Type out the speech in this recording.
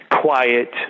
quiet